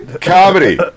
comedy